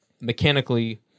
mechanically